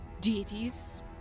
deities